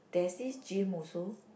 there is this gym also